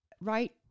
right